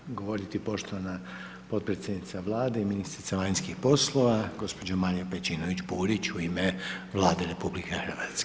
Sada će govoriti poštovana podpredsjednica Vlade i ministrica vanjskih poslova, gospođa Marija Pejčinović Burić u ime Vlade RH.